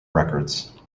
records